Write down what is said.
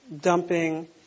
dumping –